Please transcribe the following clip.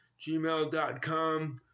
gmail.com